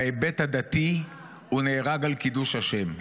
בהיבט הדתי הוא נהרג על קידוש השם.